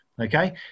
Okay